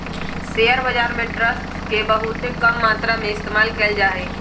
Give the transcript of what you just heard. share बाजार में trust के बहुत कम मात्रा में इस्तेमाल कइल जा हई